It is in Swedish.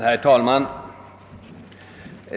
Herr talman!